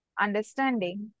understanding